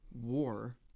war